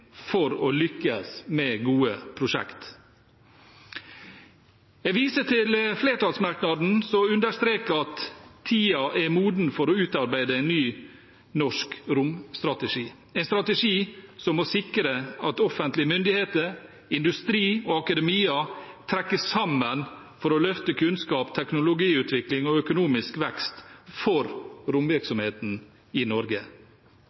for å lykkes med gode prosjekt. Jeg viser til flertallsmerknaden som understreker at tiden er moden for å utarbeide en ny norsk romstrategi, en strategi som må sikre at offentlige myndigheter, industri og akademia trekker sammen for å løfte kunnskap, teknologiutvikling og økonomisk vekst for romvirksomheten i Norge.